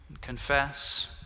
Confess